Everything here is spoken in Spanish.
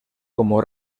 como